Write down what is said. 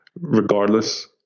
regardless